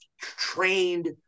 trained